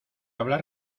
hablar